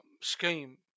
scheme